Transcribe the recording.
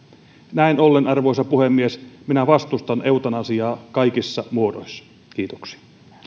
näin ollen arvoisa puhemies minä vastustan eutanasiaa kaikissa muodoissa kiitoksia